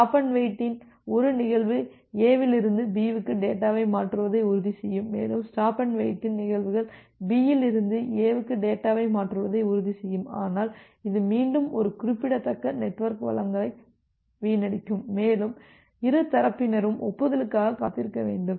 stop and வெயிட்டின் ஒரு நிகழ்வு A இலிருந்து B க்கு டேட்டாவை மாற்றுவதை உறுதி செய்யும் மேலும் ஸ்டாப் அண்டு வெயிட்டின் நிகழ்வுகள் B இலிருந்து A க்கு டேட்டாவை மாற்றுவதை உறுதி செய்யும் ஆனால் இது மீண்டும் ஒரு குறிப்பிடத்தக்க நெட்வொர்க் வளங்களை வீணடிக்கும் மேலும் இரு தரப்பினரும் ஒப்புதலுக்காக காத்திருக்க வேண்டும்